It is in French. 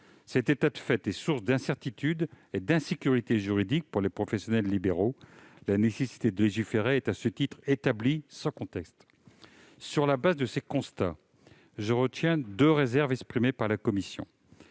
Cet état de fait est source d'incertitude et d'insécurité juridique pour les professionnels libéraux. La nécessité de légiférer est, à ce titre, établie sans conteste. Sur la base de ces constats, je retiens deux réserves exprimées par la commission.